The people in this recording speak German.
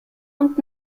und